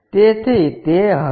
તેથી તે હશે